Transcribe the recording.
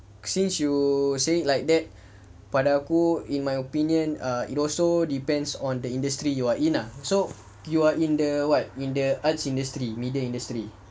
since you say it like that pada aku in my opinion it also depends on the industry you are in ah so you are in the what in the arts industry media industry